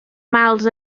mals